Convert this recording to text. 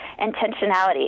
intentionality